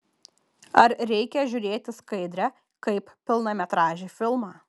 ar reikia žiūrėti skaidrę kaip pilnametražį filmą